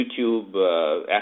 YouTube